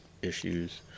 Issues